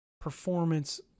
performance